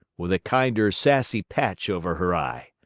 with a kinder sassy patch over her eye,